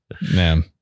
Man